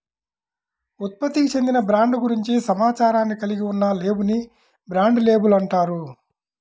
ఉత్పత్తికి చెందిన బ్రాండ్ గురించి సమాచారాన్ని కలిగి ఉన్న లేబుల్ ని బ్రాండ్ లేబుల్ అంటారు